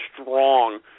strong